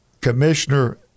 Commissioner